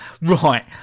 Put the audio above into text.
Right